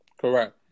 Correct